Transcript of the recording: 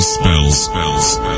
spells